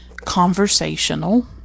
conversational